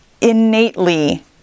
innately